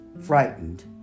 frightened